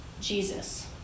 Jesus